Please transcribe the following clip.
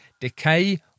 decay